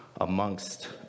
amongst